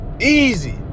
easy